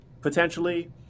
potentially